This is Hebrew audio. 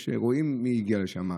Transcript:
רואים מי הגיע לשם.